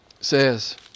says